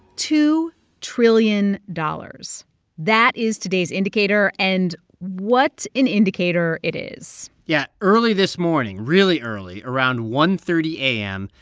two trillion dollars that is today's indicator. and what an indicator it is yeah. early this morning really early around one thirty a m,